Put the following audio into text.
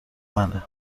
منه